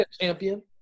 Champion